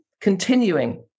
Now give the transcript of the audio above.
continuing